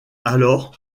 alors